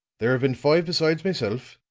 there have been five besides myself,